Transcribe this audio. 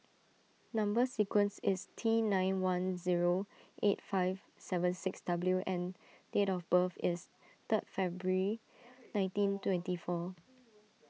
Number Sequence is T nine one zero eight five seven six W and date of birth is third February nineteen twenty four